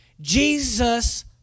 Jesus